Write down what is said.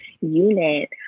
unit